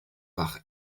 par